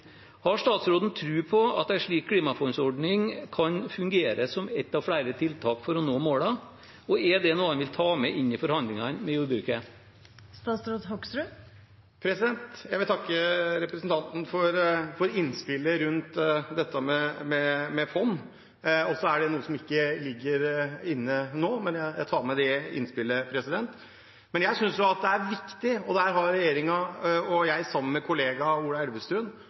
Har statsråden tro på at en slik klimafondsordning kan fungere som ett av flere tiltak for å nå målene, og er det noe han vil ta med inn i forhandlingene med jordbruket? Jeg vil takke representanten for innspillet om dette med fond. Det er noe som ikke ligger inne nå, men jeg tar med innspillet. Men jeg synes jo at dette er viktig, og regjeringen – jeg sammen med kollega Ola Elvestuen